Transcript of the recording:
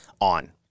on